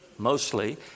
Mostly